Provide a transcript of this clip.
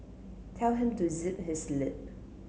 tell him to zip his lip